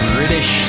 British